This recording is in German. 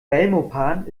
belmopan